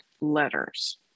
letters